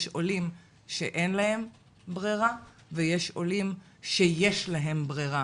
יש עולים שאין להם ברירה ויש עולים שיש להם ברירה